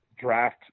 draft